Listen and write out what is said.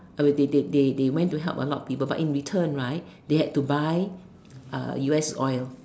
uh they they they they went to help a lot of people but in return right they had to buy uh U_S oil